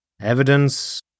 Evidence